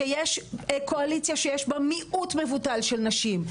שיש קואליציה שיש בה מיעוט מבוטל של נשים,